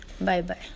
Bye-bye